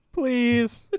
Please